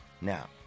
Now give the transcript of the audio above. Now